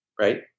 right